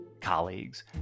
colleagues